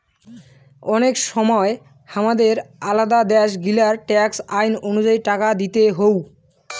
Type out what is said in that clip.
অনেক সময় হামাদের আলাদা দ্যাশ গিলার ট্যাক্স আইন অনুযায়ী টাকা দিতে হউ